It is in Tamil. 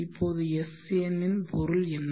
இப்போது Sn இன் பொருள் என்ன